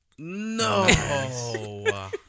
No